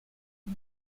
for